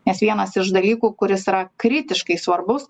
nes vienas iš dalykų kuris yra kritiškai svarbus